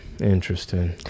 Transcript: interesting